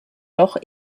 doch